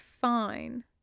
fine